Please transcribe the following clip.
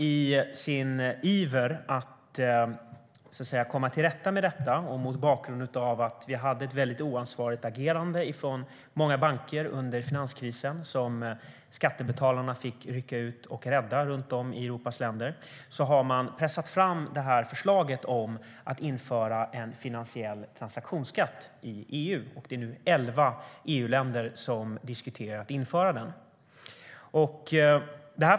I sin iver att komma till rätta med detta och mot bakgrund av att vi hade ett oansvarigt agerande från många banker under finanskrisen, som skattebetalarna fick rycka ut och rädda runt om i Europas länder, har man pressat fram detta förslag om att införa en finansiell transaktionsskatt i EU. Det är nu elva EU-länder som diskuterar att införa den.